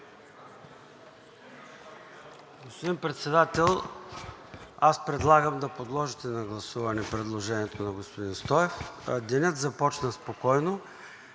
Господин Председател, предлагам да подложите на гласуване предложението на господин Стоев. Денят започна спокойно,